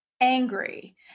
angry